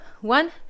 one